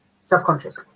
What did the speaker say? self-conscious